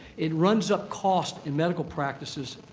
it runs up cost in medical practices.